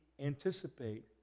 anticipate